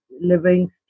living